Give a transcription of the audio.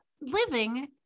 living